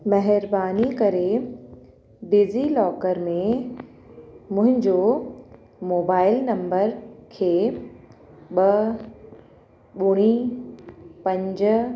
महिरबानी करे डिजीलॉकर में मुंहिंजो मोबाइल नम्बर खे ॿ ॿुड़ी पंज